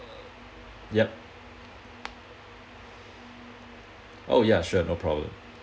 yup oh ya sure no problem